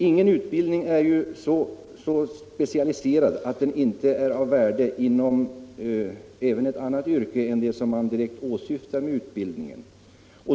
Ingen utbildning är så specialiserad att den inte är av värde även inom ett annat yrke än det man åsyftar med utbildningen.